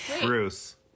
Bruce